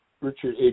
Richard